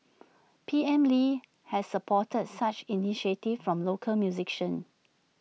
P M lee has supported such initiatives from local musicians